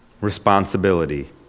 responsibility